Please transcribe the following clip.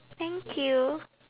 thank you